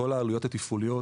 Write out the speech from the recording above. והעלויות התפעוליות,